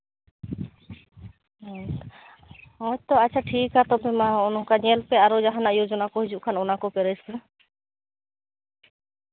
ᱦᱳᱭᱛᱚ ᱟᱪᱪᱷᱟ ᱴᱷᱤᱠᱜᱮᱭᱟ ᱛᱚᱵᱮ ᱢᱟ ᱱᱚᱝᱠᱟ ᱧᱮᱞ ᱯᱮ ᱟᱨᱚ ᱡᱩᱫ ᱡᱟᱦᱟᱱᱟᱜ ᱡᱳᱡᱚᱱᱟ ᱠᱚ ᱦᱤᱡᱩᱜ ᱠᱷᱟᱱ ᱚᱱᱟ ᱠᱚ ᱯᱮᱨᱮᱡᱽ ᱯᱮ